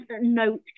note